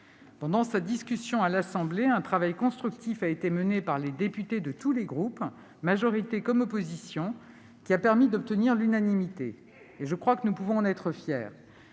Pendant sa discussion à l'Assemblée nationale, un travail constructif a été mené par les députés de tous les groupes, majorité comme opposition, qui a permis d'obtenir l'unanimité. Nous pouvons en être fiers.